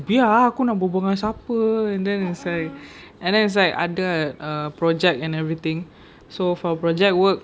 biar ah aku nak berbual dengan siapa and then it's like and then it's like ada ah project and everything so for project work